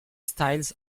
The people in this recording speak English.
styles